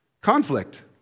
Conflict